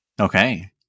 Okay